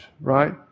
right